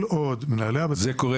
כל עוד מנהלי בתי החולים -- זה קורה